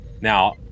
Now